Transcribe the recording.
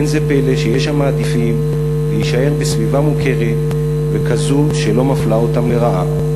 אין זה פלא שיש המעדיפים להישאר בסביבה מוכרת וכזו שלא מפלה אותם לרעה.